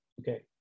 Okay